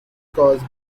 caused